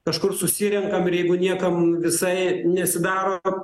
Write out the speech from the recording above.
kažkur susirenkam ir jeigu niekam visai nesidaro